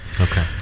Okay